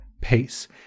pace